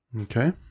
Okay